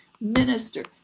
minister